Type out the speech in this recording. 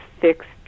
fixed